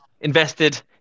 invested